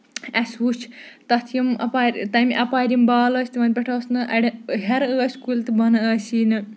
اَسہِ وٕچھ تَتھ یِم اَپارِ تَمہِ اَپارِ یِم بال ٲسۍ تِمن پٮ۪ٹھ ٲسۍ نہٕ ہیرٕ ٲسۍ کُلۍ تہٕ بۄنہٕ ٲسی نہٕ